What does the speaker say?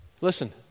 listen